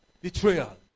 Betrayal